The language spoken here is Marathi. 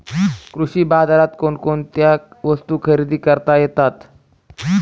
कृषी बाजारात कोणकोणत्या वस्तू खरेदी करता येतात